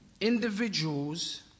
Individuals